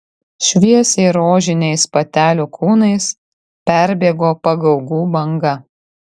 šviesiai rožiniais patelių kūnais perbėgo pagaugų banga